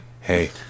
hey